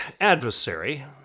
adversary